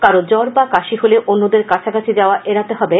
কারো জ্বর বা কাশি হলে অন্যদের কাছাকাছি যাওয়া এড়াতে হবে